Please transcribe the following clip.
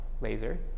laser